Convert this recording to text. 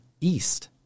east